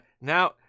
Now